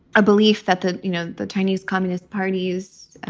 a belief that the you know, the chinese communist party's